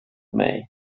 mig